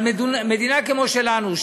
אבל אני סבור שבמדינה כמו שלנו,